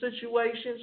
situations